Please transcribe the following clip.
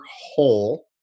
whole